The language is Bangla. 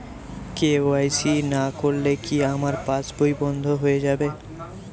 কে.ওয়াই.সি না করলে কি আমার পাশ বই বন্ধ হয়ে যাবে?